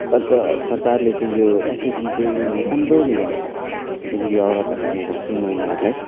अन्त सरकारले चाहिँ यो एसएचजी चाहिँ राम्रो निकाल्यो किनकि औरतहरूलाई म भन्छु महिलाहरूलाई